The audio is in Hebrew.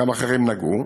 גם אחרים נגעו,